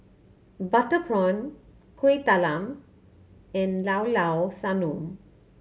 butter prawn Kuih Talam and Llao Llao Sanum